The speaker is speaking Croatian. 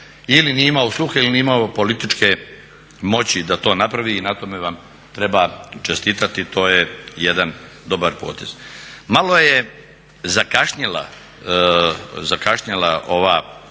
ili nije imao sluha ili nije imamo političke moći da to napravi i na tome vam treba čestitati, to je jedan dobar potez. Malo je zakašnjela ova